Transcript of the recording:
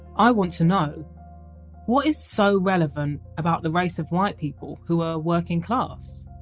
i want to know what is so relevant about the race of white people who are working class?